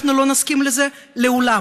אנחנו לא נסכים לזה לעולם.